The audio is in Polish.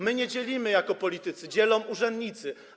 My nie dzielimy jako politycy, dzielą urzędnicy.